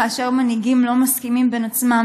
כאשר מנהיגים לא מסכימים ביניהם,